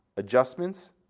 adjustments,